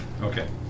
Okay